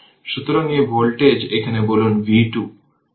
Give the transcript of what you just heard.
সুতরাং এই ভোল্টেজ এখন বলুন v 2